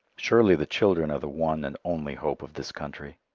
surely the children are the one and only hope of this country.